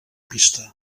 pista